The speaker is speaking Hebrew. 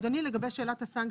לגבי שאלת הסנקציות,